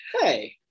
hey